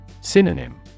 Synonym